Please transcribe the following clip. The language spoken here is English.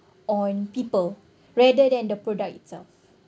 on people rather than the product itself